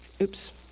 Oops